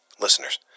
listeners